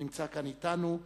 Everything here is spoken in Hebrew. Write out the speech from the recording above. הוא נמצא כאן אתנו.